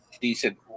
decent